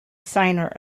signer